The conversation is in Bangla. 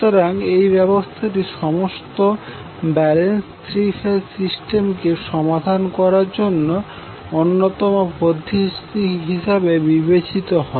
সুতরাং এই ব্যবস্থাটি সমস্ত ব্যালেন্স থ্রি ফেজ সিস্টেম কে সমাধান করার অন্যতম পদ্ধতি হিসাবে বিবেচিত হয়